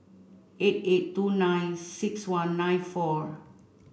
eight eight two nine six one nine four